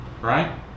right